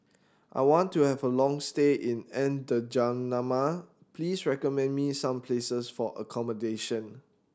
I want to have a long stay in N'Djamena please recommend me some places for accommodation